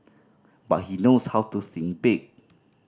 but he knows how to think big